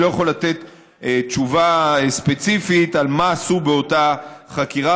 אני לא יכול לתת תשובה ספציפית על מה עשו באותה חקירה,